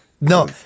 No